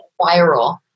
viral